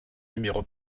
numéro